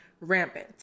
rampant